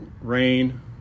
rain